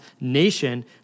nation